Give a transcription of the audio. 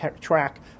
track